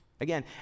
Again